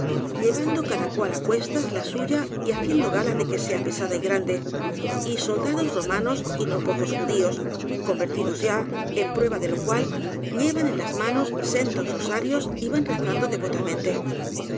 llevando cada cual á cuestas la suya y ha ciendo gala de que sea pesada y grande y soldados romanos y no pocos judíos convertidos ya en prueba de lo cual llevan en las manos sendos ro sarios y van rezando devotamente